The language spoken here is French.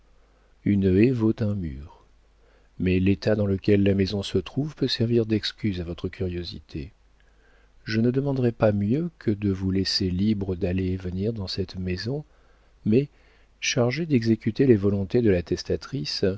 une haie vaut un mur mais l'état dans lequel la maison se trouve peut servir d'excuse à votre curiosité je ne demanderais pas mieux que de vous laisser libre d'aller et venir dans cette maison mais chargé d'exécuter les volontés de la